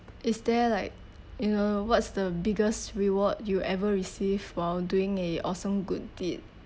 is there like you know what's the biggest reward you ever receive while doing a awesome good deed